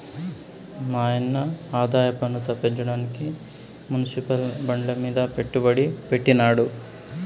మాయన్న ఆదాయపన్ను తప్పించడానికి మునిసిపల్ బాండ్లమీద పెట్టుబడి పెట్టినాడు